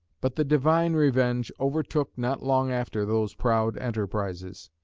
but the divine revenge overtook not long after those proud enterprises.